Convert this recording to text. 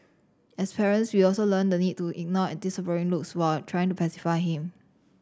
as parents we also learn the need to ignore disapproving looks while trying to pacify him